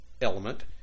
element